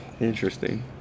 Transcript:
Interesting